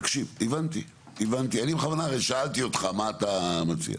תקשיב, הבנתי, אני בכוונה שאלתי אותך מה אתה מציע.